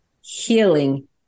healing